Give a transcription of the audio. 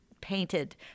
painted